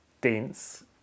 dense